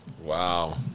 wow